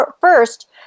first